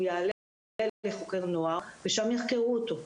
הוא יעלה לחוקר נוער ושם יחקרו אותו.